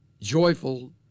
joyful